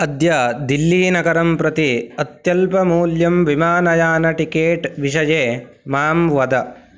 अद्य दिल्ली नगरं प्रति अत्यल्पमूल्यं विमानयानटिकेट् विषये मां वद